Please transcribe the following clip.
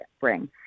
bring